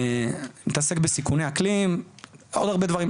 אני מתעסק בסיכוני אקלים ועוד הרבה דברים,